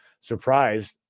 surprised